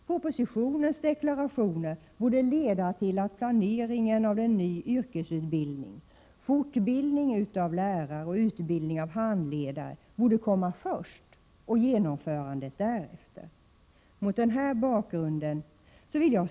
Propositionens deklarationer borde leda till att planeringen av en ny yrkesutbildning, fortbildning av lärare och utbildning av handledare kommer först och genomförandet därefter.